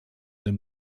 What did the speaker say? dem